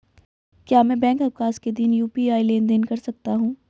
क्या मैं बैंक अवकाश के दिन यू.पी.आई लेनदेन कर सकता हूँ?